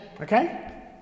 okay